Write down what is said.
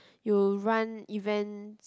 you run events